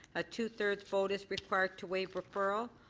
a two-thirds vote is required to waive referral.